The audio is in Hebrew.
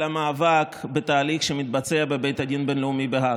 על המאבק בתהליך שמתבצע בבית הדין הבין-לאומי בהאג,